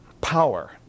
power